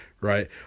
right